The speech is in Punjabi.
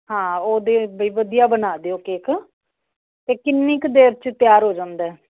ਹਾਂ ਉਹਦੇ ਵਈ ਵਧੀਆ ਬਣਾ ਦਿਓ ਕੇਕ ਅਤੇ ਕਿੰਨੀ ਕੁ ਦੇਰ' ਚ ਤਿਆਰ ਹੋ ਜਾਂਦਾ